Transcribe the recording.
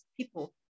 people